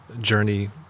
journey